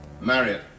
Marriott